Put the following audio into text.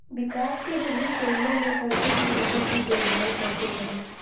विकास के विभिन्न चरणों में सरसों की फसल की देखभाल कैसे करें?